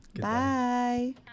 bye